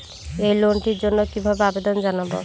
এই লোনটির জন্য কিভাবে আবেদন জানাবো?